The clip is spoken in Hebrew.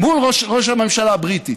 מול ראש הממשלה הבריטית,